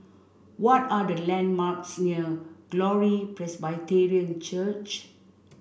what are the landmarks near Glory Presbyterian Church